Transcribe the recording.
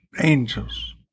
angels